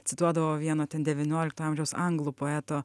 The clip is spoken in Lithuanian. cituodavo vieno ten devyniolikto amžiaus anglų poeto